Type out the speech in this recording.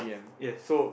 yes